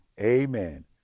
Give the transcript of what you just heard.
amen